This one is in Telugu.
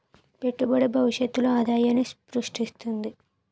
పెట్టుబడి భవిష్యత్తులో ఆదాయాన్ని స్రృష్టిస్తుంది